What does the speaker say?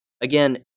Again